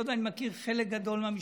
אני מכיר חלק גדול מהמשפחות,